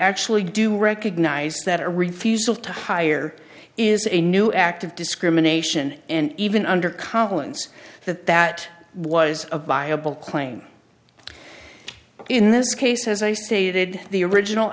actually do recognize that a refusal to hire is a new act of discrimination and even under collins that that was a viable claim in this case as i stated the original